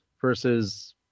versus